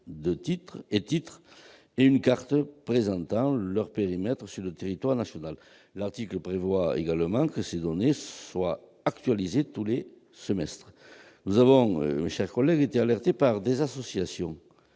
et titres et une carte présentant leur périmètre sur le territoire national. L'article prévoit également que ces données soient actualisées tous les semestres. Nous avons été alertés par des associations